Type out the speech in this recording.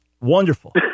wonderful